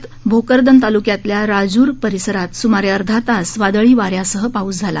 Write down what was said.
जालना जिल्ह्यात भोकरदन तालुक्यातल्या राजूर परिसरात सुमारे अर्धा तास वादळी वाऱ्यासह पाऊस झाला